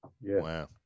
wow